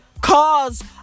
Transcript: Cause